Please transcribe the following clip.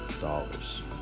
dollars